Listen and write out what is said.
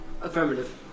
Affirmative